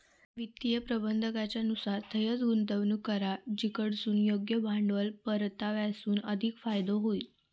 वित्तीय प्रबंधाकाच्या नुसार थंयंच गुंतवणूक करा जिकडसून योग्य भांडवल परताव्यासून अधिक फायदो होईत